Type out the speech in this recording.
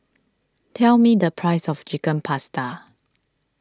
tell me the price of Chicken Pasta